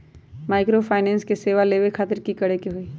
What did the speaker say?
Microfinance के सेवा लेबे खातीर की करे के होई?